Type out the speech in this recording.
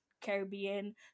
Caribbean